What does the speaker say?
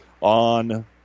on